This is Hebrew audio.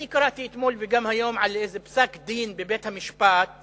אני קראתי אתמול וגם היום על איזה פסק-דין בבית המשפט,